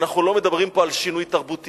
אנחנו לא מדברים פה על שינוי תרבותי.